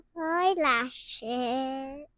eyelashes